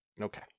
Okay